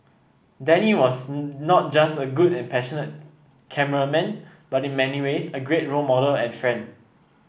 Danny was not just a good and passionate cameraman but in many ways a great role model and friend